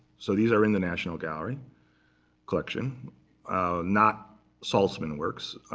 so these are in the national gallery collection not saltzman works.